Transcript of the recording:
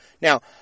Now